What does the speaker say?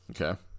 Okay